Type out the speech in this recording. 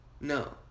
No